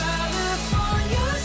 California